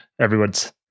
everyone's